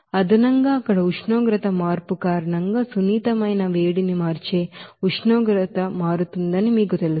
అదనంగా అక్కడ ఉష్ణోగ్రత మార్పు కారణంగా సున్నితమైన వేడిని మార్చే ఉష్ణోగ్రత మారుతుందని మీకు తెలుసు